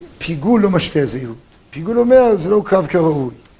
פיגול לא משפיע זהות, פיגול אומר זה לא הוקרב כראוי